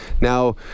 Now